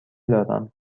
دارم